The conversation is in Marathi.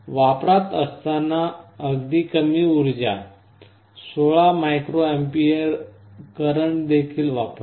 वापरात असताना अगदी कमी उर्जा 60 mA करंट देखील वापरते